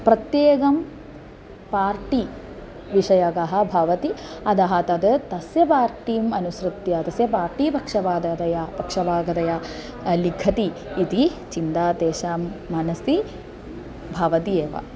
प्रत्येकं पार्टी विषयकः भवति अतः तत् तस्य पार्टीम् अनुसृत्य तस्य पार्टी पक्षपाततया पक्षपाततया लिखति इति चिन्ता तेषां मनसि भवति एव